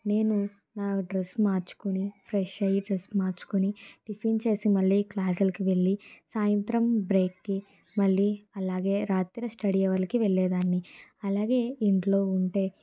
నేను నా డ్రెస్ మార్చుకొని ఫ్రెష్ అయ్యి డ్రెస్ మార్చుకొని టిఫిన్ చేసి మళ్ళీ క్లాసులకి వెళ్ళి సాయంత్రం బ్రేక్కి మళ్ళీ అలాగే రాత్రి స్టడీ హవర్లకి వెళ్ళేదాన్ని అలాగే ఇంట్లో ఉంటే